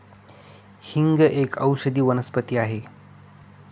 हिंग एक औषधी वनस्पती आहे